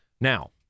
Now